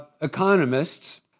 economists